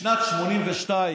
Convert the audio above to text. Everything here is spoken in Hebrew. בשנת 1982,